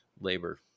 labor